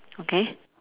okay